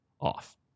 off